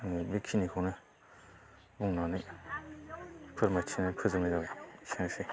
बेखिनिखौनो बुंनानै फोरमायथिनानै फोजोबनाय जाबाय एसेनोसै